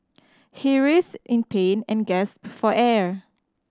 he writhed in pain and gasped for air